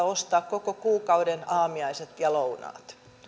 ostaa koko kuukauden aamiaiset ja lounaat